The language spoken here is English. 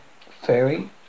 fairy